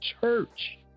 church